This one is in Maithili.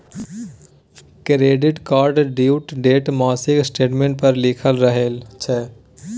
क्रेडिट कार्डक ड्यु डेट मासिक स्टेटमेंट पर लिखल रहय छै